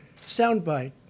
soundbite